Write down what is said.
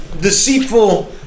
deceitful